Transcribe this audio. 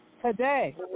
Today